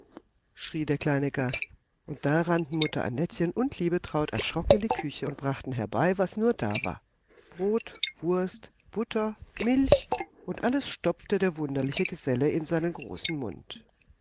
schrie der kleine gast und da rannten mutter annettchen und liebetraut erschrocken in die küche und brachten herbei was nur da war brot wurst butter milch und alles stopfte der wunderliche geselle in seinen großen mund